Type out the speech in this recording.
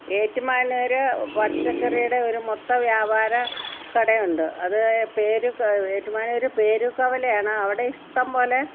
ഏറ്റുമാനൂർ പച്ചക്കറിയുടെ ഒരു മൊത്ത വ്യാപാര കടയുണ്ട് അത് പേരുക്കാ ഏറ്റുമാനൂര് പേരുക്കവലയാണ് അവിടെ ഇഷ്ട്ടംപ്പോലെ